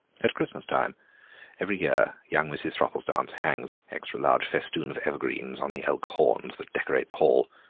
at christmas time every year young mrs. thropplestance hangs an extra large festoon of evergreens on the elk horns that decorate the hall.